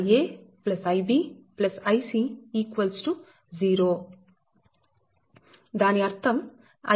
కాబట్టి Ia Ib Ic 0 దాని అర్థం Ic Ia Ib